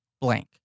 blank